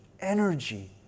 Energy